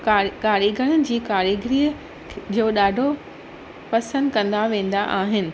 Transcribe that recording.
कारी कारीगरनि जी कारीगरीअ जो ॾाढो पसंदि कंदा वेंदा आहिनि